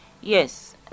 Yes